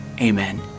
amen